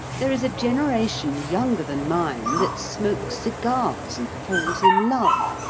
there is a generation younger than mine that smokes cigars and falls in love.